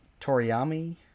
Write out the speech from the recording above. Toriyami